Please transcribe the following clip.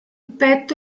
petto